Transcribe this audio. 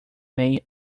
may